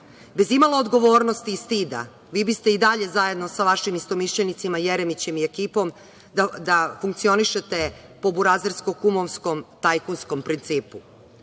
bez imalo odgovornosti i stida, vi biste i dalje zajedno sa vašim istomišljenicima Jeremićem i ekipom da funkcionišete po burazersko kumovskom, tajkunskom principu.